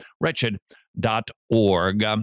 wretched.org